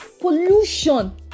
pollution